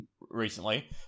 recently